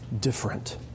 different